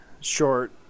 short